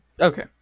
Okay